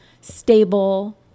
stable